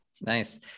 Nice